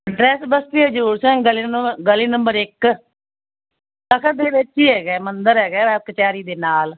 address ਬਸਤੀ ਹਜੂਰ ਸਿੰਘ ਗਲੀ ਨੰ ਗਲੀ ਨੰਬਰ ਇੱਕ ਤਖਤ ਦੇ ਵਿੱਚ ਹੀ ਹੈਗਾ ਮੰਦਿਰ ਹੈਗਾ ਕਚਹਿਰੀ ਦੇ ਨਾਲ